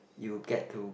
you get to uh